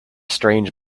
strange